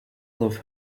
love